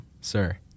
sir